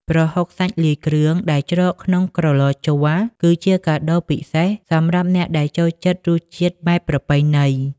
ប្រហុកសាច់លាយគ្រឿងដែលច្រកក្នុងក្រឡជ័រ គឺជាកាដូពិសេសសម្រាប់អ្នកដែលចូលចិត្តរសជាតិបែបប្រពៃណី។